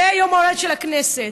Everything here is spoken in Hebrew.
ביום ההולדת של הכנסת,